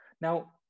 now